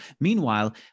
Meanwhile